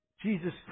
Jesus